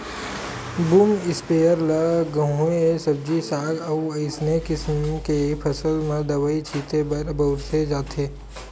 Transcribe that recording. boom sprayer ल गहूँए सब्जी साग अउ असइने किसम के फसल म दवई छिते बर बउरे जाथे